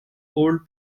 old